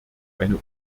eine